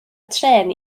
trên